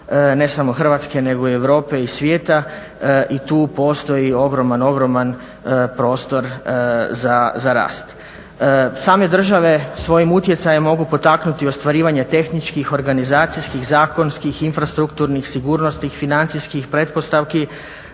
ne samo Hrvatske nego i Europe i svijeta i tu postoji ogroman, ogroman prostor za rast. Same države svojim utjecajem mogu potaknuti ostvarivanje tehničkih, organizacijskih, zakonskih, infrastrukturnih, sigurnosnih, financijskih pretpostavki